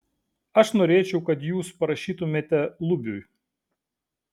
aš norėčiau kad jūs parašytumėte lubiui